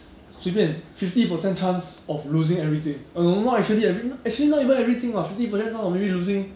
随便 fifty percent chance of losing everything err not actually everyt~ actually not even everything [what] fifty percent not really losing